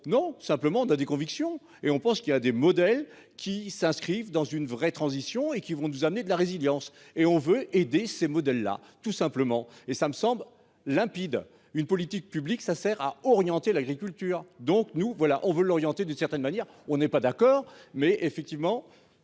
Non, simplement on a des convictions et on pense qu'il y a des modèles qui s'inscrivent dans une vraie transition et qui vont nous amener de la résilience et on veut aider ces modèles-là tout simplement et ça me semble limpide. Une politique publique ça sert à orienter l'agriculture donc nous voilà on veut orienter d'une certaine manière, on n'est pas d'accord, mais effectivement